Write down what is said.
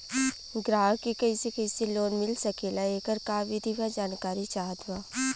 ग्राहक के कैसे कैसे लोन मिल सकेला येकर का विधि बा जानकारी चाहत बा?